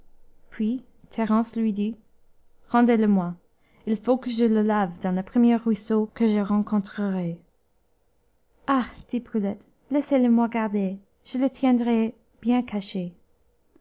puis thérence lui dit rendez-le-moi il faut que je le lave dans le premier ruisseau que je rencontrerai ah dit brulette laissez le moi garder je le tiendrai bien caché